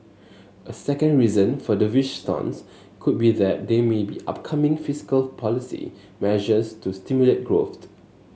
a second reason for dovish stance could be that there may be upcoming fiscal policy measures to stimulate growth